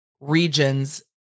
Regions